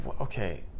Okay